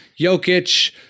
Jokic